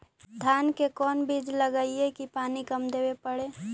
धान के कोन बिज लगईऐ कि पानी कम देवे पड़े?